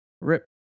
Rip